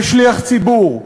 ושליח ציבור,